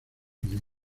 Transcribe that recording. unidos